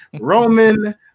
Roman